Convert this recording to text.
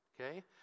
okay